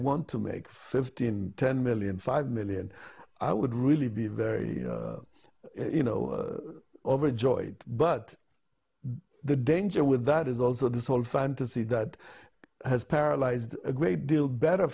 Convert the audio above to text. want to make fifteen ten million five million i would really be very you know overjoyed but the danger with that is also this whole fantasy that has paralyzed a great deal better